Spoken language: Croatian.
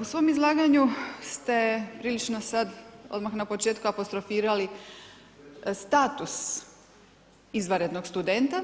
U svom izlaganju ste prilično sad, odmah na početku apostrofirali status izvanrednog studenta